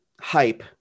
hype